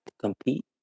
compete